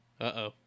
Uh-oh